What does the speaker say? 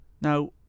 Now